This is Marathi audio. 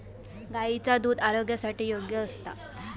गायीचा दुध आरोग्यासाठी योग्य असता